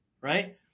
Right